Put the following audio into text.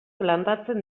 landatzen